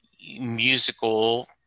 musical